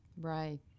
Right